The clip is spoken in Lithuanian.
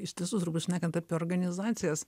iš tiesų turbūt šnekant apie organizacijas